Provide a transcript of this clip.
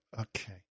okay